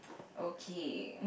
okay